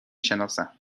شناسم